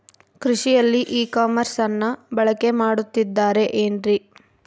ಕೃಷಿಯಲ್ಲಿ ಇ ಕಾಮರ್ಸನ್ನ ಬಳಕೆ ಮಾಡುತ್ತಿದ್ದಾರೆ ಏನ್ರಿ?